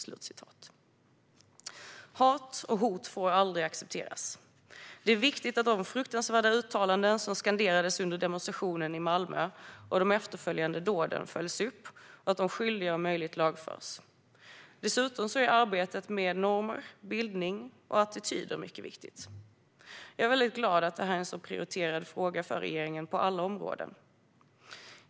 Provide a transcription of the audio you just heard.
Hat och hot får aldrig accepteras. Det är viktigt att de fruktansvärda uttalanden som skanderades under demonstrationen i Malmö och de efterföljande dåden följs upp och att de skyldiga om möjligt lagförs. Dessutom är arbetet med normer, bildning och attityder mycket viktigt. Jag är väldigt glad att detta är en prioriterad fråga för regeringen på alla områden.